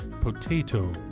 potato